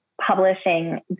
publishing